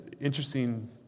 interesting